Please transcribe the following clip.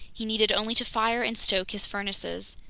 he needed only to fire and stoke his furnaces!